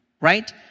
right